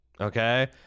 Okay